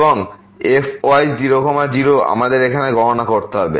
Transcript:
এবং fy0 0 আমাদের এখানে গণনা করা হবে